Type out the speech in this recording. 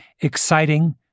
exciting